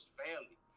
family